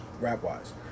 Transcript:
rap-wise